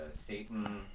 Satan